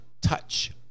touch